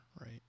Right